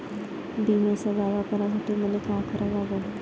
बिम्याचा दावा करा साठी मले का करा लागन?